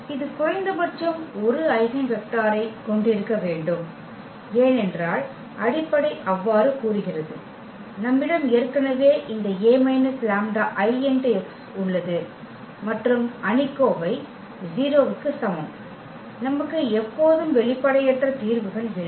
இது குறைந்தபட்சம் 1 ஐகென் வெக்டரைக் கொண்டிருக்க வேண்டும் ஏனென்றால் அடிப்படை அவ்வாறு கூறுகிறது நம்மிடம் ஏற்கனவே இந்த A − λIx உள்ளது மற்றும் அணிக்கோவை 0 க்கு சமம் நமக்கு எப்போதும் வெளிப்படையற்ற தீர்வுகள் இல்லை